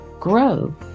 Grow